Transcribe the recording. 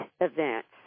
events